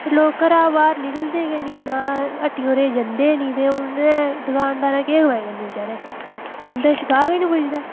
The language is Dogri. ते लोक घरै बाह्र निकलदे गै निं ना हट्टियें होरें ई जन्दे गै निं ते उ'नें दकानदारें केह् कमाई करनी बचेरें उं'दे कश गाह्क गै निं पुज्जदा